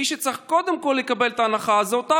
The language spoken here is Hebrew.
שמי שצריך לקבל את ההנחה קודם כול זו אותה